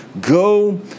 go